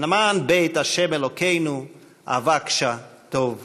למען בית ה' אלהינו אבקשה טוב לך."